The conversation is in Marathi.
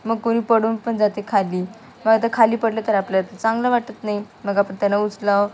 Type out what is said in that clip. मग कोणी पडून पण जाते खाली मग आता खाली पडलं तर आपल्या तर चांगलं वाटत नाही मग आपण त्यांना उचलावं